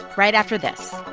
right after this